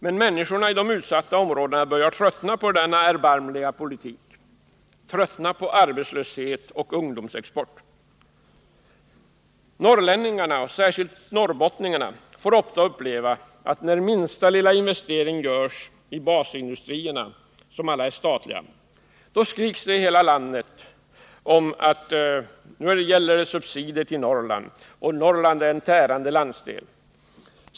Men människorna i de utsatta områdena börjar tröttna på denna erbarmliga politik. De börjar tröttna på arbetslösheten och ungdomsexporten. Så fort minsta lilla investering görs inom basindustrierna, som alla är statliga, får norrlänningar och då särskilt norrbottningar ofta uppleva att det skriks överallt i landet att det gäller subsidier till Norrland och att Norrland är en tärande landsdel.